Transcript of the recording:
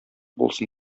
булсын